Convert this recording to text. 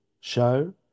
show